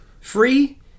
free